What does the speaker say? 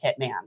hitman